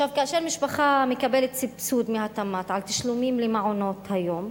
כאשר משפחה מקבלת סבסוד מהתמ"ת לתשלומים למעונות-היום,